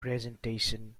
presentation